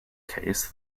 case